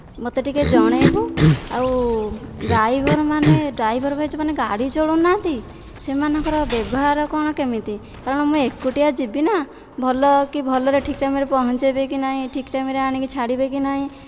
ମୋତେ ଟିକିଏ ଜଣାଇବୁ ଆଉ ଡ୍ରାଇଭର୍ମାନେ ଡ୍ରାଇଭର୍ ଭାଇ ଯେଉଁମାନେ ଗାଡ଼ି ଚଲାଉ ନାହାନ୍ତି ସେମାନଙ୍କର ବ୍ୟବହାର କ'ଣ କେମିତି କାରଣ ମୁଁ ଏକୁଟିଆ ଯିବି ନା ଭଲ କି ଭଲରେ ଠିକ୍ ଟାଇମ୍ରେ ପହଞ୍ଚାଇବେ କି ନାହିଁ ଠିକ୍ ଟାଇମ୍ରେ ଆଣିକି ଛାଡ଼ିବେ କି ନାହିଁ